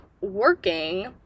working